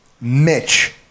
Mitch